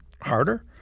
harder